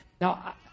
Now